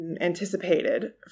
anticipated